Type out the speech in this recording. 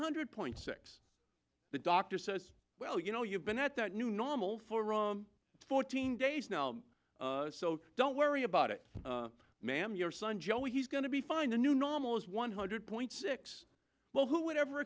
hundred point six the doctor says well you know you've been at that new normal for raum fourteen days now so don't worry about it ma'am your son joey he's going to be fine the new normal is one hundred point six well who would ever